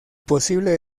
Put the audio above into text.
posible